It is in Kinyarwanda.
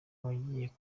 abagiye